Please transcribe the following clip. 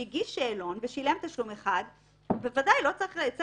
מכיוון שיאסר אבו רמוז ומוחמד פנו גם לחברי הכנסת